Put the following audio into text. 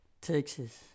Texas